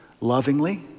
lovingly